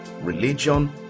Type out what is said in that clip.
religion